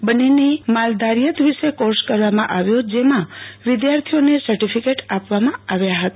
બન્નીની માલધારિથત વિષે કોર્ષ કરવામાં આવ્યું જેના વિદ્યાર્થીઓને સર્ટીફિકેટ આપવામાં આવ્યા હતા